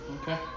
Okay